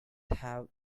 have